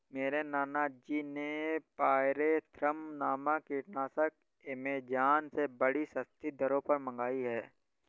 मेरे नाना जी ने पायरेथ्रम नामक कीटनाशक एमेजॉन से बड़ी सस्ती दरों पर मंगाई है